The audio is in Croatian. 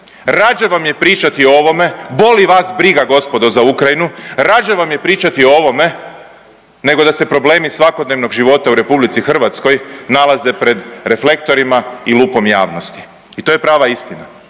rađe vam je pričati o ovome, boli vas briga gospodo za Ukrajinu, rađe vam je pričati o ovome, nego da se problemi svakodnevnog života u RH nalaze pred reflektorima i lupom javnosti i to je prava istina.